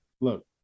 Look